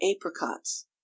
apricots